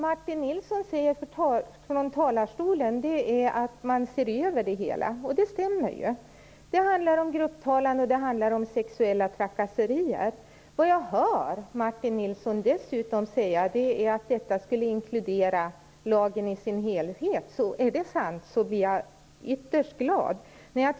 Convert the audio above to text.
Martin Nilsson säger från talarstolen att det hela kommer att ses över. Det stämmer vad gäller grupptalan och sexuella trakasserier. Vad jag dessutom hör Martin Nilsson säga är att detta skulle inkludera lagen i dess helhet. Är det sant blir jag ytterst glad.